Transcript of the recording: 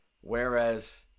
Whereas